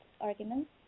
arguments